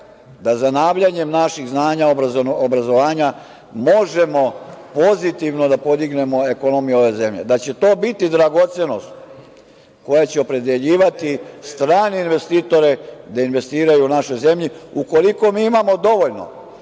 da zanavljanjem naših znanja, obrazovanja, možemo pozitivno da podignemo ekonomiju ove zemlje, da će to biti dragocenost koja će opredeljivati strane investitore da investiraju u našoj zemlji, ukoliko mi imamo dovoljno